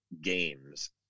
games